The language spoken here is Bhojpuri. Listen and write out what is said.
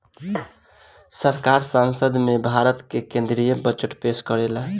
सरकार संसद में भारत के केद्रीय बजट पेस करेला